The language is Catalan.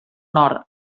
nord